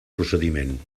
procediment